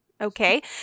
Okay